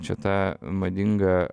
čia ta madinga